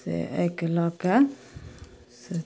से एहिके लऽ के से